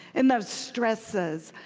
in those stresses,